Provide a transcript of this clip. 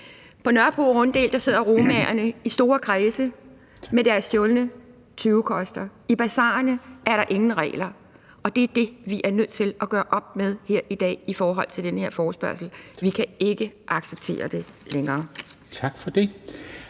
På Nørrebros Runddel sidder romaerne i store kredse med deres tyvekoster; i basarerne er der ingen regler, og det er det, vi er nødt til at gøre op med her i dag i forhold til den her forespørgsel. Vi kan ikke acceptere det længere. Kl.